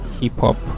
hip-hop